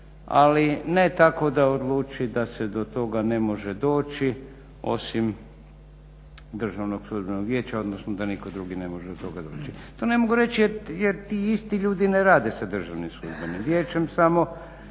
ali ne tako da odluči da se to toga ne može doći osim Državnog sudbenog vijeća odnosno da nitko drugi ne može do toga doći. To ne mogu reći jer ti isti ljudi ne rade sa Državnim sudbenim vijećem samo